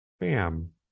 Bam